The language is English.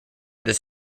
this